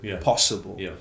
possible